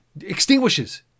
extinguishes